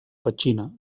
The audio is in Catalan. petxina